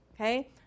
okay